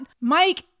Mike